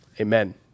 Amen